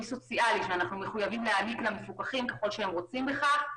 סוציאלי שאנחנו חייבים להעניק למפוקחים ככל שהם רוצים בכך.